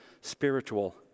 spiritual